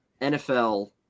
nfl